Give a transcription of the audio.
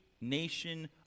nation